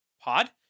pod